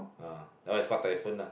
ah that one is call typhoon lah